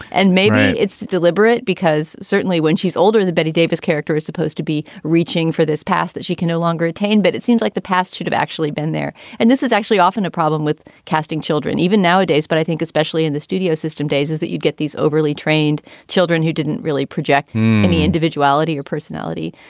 and maybe it's deliberate because certainly when she's older, the betty davis character is supposed to be reaching for this pass that she can no longer attain. but it seems like the past should have actually been there. and this is actually often a problem with casting children even nowadays. but i think especially in the studio system days is that you get these overly trained children who didn't really project any individuality or personality.